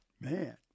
Man